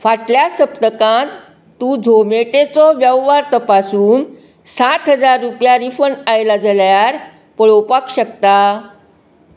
फाटल्या सप्तकांत तूं झॉमॅटोचो वेव्हार तपासून सात हजार रुपया रिफंड आयला जाल्यार पळोवपाक शकता